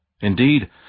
Indeed